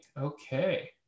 Okay